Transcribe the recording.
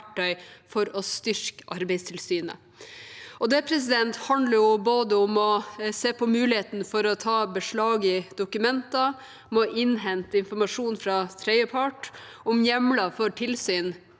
for å styrke Arbeidstilsynet. Det handler både om å se på muligheten for å ta beslag i dokumenter, om å innhente informasjon fra tredjepart og om hjemler for tilsyn,